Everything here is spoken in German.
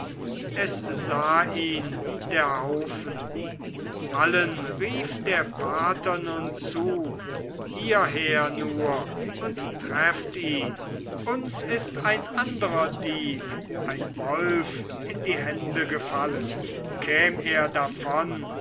es sah ihn der haufen allen rief der pater nun zu hierher nur und trefft ihn uns ist ein anderer dieb ein wolf in die hände gefallen käm er davon